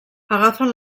agafen